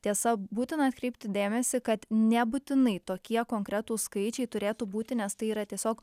tiesa būtina atkreipti dėmesį kad nebūtinai tokie konkretūs skaičiai turėtų būti nes tai yra tiesiog